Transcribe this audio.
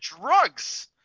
drugs